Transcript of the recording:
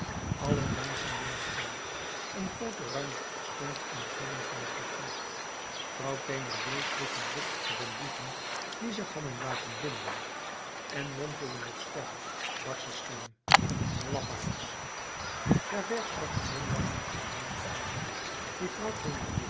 allen deinsden naar de gang een groote ruimte ontstond in t midden van t vertrek vrouw thénardier sloeg een blik op de bandieten die zich hadden laten binden en mompelde met schorre barsche stem lafaards javert trad glimlachend in de ledige ruimte die vrouw